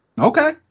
Okay